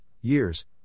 years